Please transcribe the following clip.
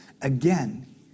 Again